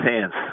hands